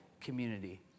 community